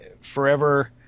forever